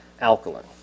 alkaline